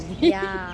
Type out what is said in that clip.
ya